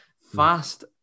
fast